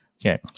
Okay